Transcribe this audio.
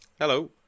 Hello